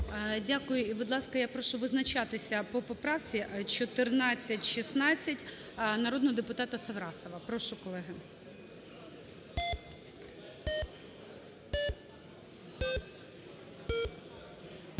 Дякую. І будь ласка, я прошу визначатись по поправці 1416 народного депутата Саврасова. Прошу, колеги.